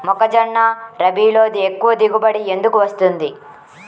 మొక్కజొన్న రబీలో ఎక్కువ దిగుబడి ఎందుకు వస్తుంది?